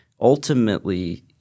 ultimately